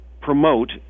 promote